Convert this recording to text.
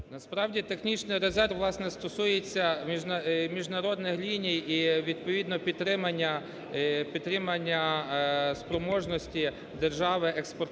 Насправді технічний резерв власне стосується міжнародних ліній. І відповідно підтримання, підтримання спроможності держави експортувати